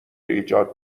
ایجاد